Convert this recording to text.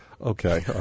Okay